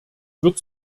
wird